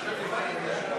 לשנת התקציב 2016,